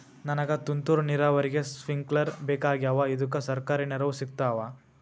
ನನಗ ತುಂತೂರು ನೀರಾವರಿಗೆ ಸ್ಪಿಂಕ್ಲರ ಬೇಕಾಗ್ಯಾವ ಇದುಕ ಸರ್ಕಾರಿ ನೆರವು ಸಿಗತ್ತಾವ?